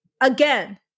Again